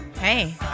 hey